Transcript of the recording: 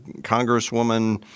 congresswoman